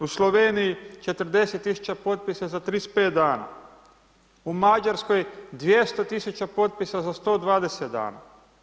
U Sloveniji 40.000 potpisa za 35 dana, u Mađarskoj 200.000 potpisa za 120 dana.